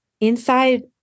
inside